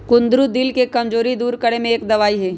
कुंदरू दिल के कमजोरी दूर करे में एक दवाई हई